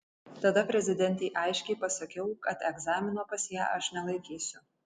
tada prezidentei aiškiai pasakiau kad egzamino pas ją aš nelaikysiu